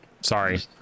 sorry